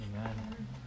Amen